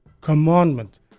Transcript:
commandment